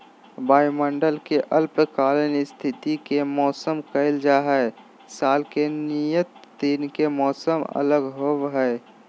वायुमंडल के अल्पकालिक स्थिति के मौसम कहल जा हई, साल के नियत दिन के मौसम अलग होव हई